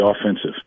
offensive